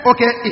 Okay